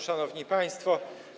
Szanowni Państwo!